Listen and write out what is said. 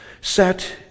sat